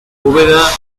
bóveda